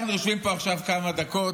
אנחנו יושבים פה עכשיו כמה דקות,